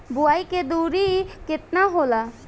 बुआई के दूरी केतना होला?